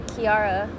Kiara